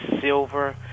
silver